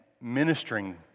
ministering